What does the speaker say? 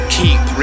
keep